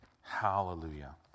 hallelujah